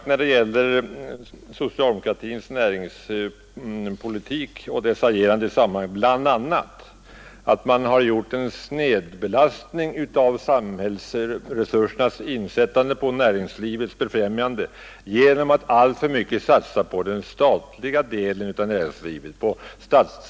När det gäller socialdemokratins näringspolitiska agerande har jag sagt bl.a. att man har snedbalanserat samhällsresursernas insättande på näringslivets befrämjande genom att alltför mycket satsa på den statliga delen av näringslivet.